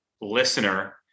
listener